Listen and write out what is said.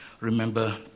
Remember